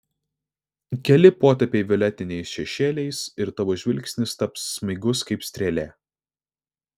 keli potėpiai violetiniais šešėliais ir tavo žvilgsnis taps smigus kaip strėlė